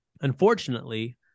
Unfortunately